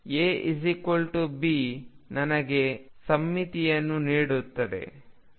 A B ನನಗೆ ಸಮ್ಮಿತಿಯನ್ನು ನೀಡುತ್ತದೆ xψ